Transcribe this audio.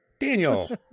Daniel